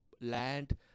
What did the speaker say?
land